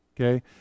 okay